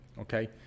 Okay